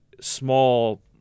small